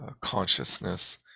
consciousness